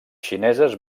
xineses